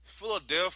Philadelphia